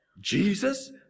Jesus